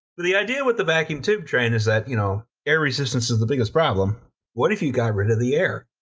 but the idea with the vacuum tube train is that you know air resistance is the biggest problem what if you got rid of the air?